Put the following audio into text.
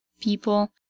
people